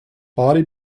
body